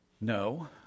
no